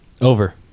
Over